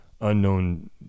unknown